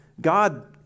God